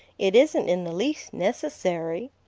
it isn't in the least necessary.